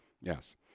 Yes